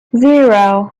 zero